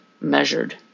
measured